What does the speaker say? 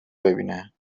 ببینه